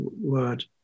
word